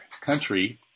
country